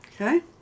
Okay